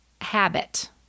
habit